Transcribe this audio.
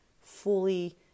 fully